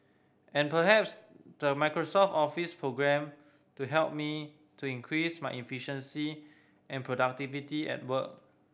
and perhaps the Microsoft Office programme to help me to increase my efficiency and productivity at work